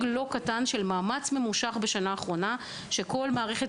לא קטן כתוצאה ממאמץ שהושקע בשנה האחרונה על ידי כל מערכת